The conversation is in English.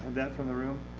that from the room.